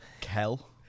Kel